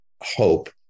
hope